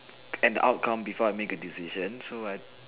and the outcome before I make a decision so I